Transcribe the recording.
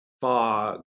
fog